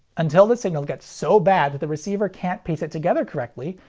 until the signal gets so bad that the receiver can't piece it together correctly,